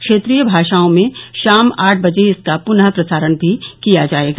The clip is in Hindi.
क्षेत्रीय भाषाओं में शाम आठ बजे इसका प्नः प्रसारण भी किया जाएगा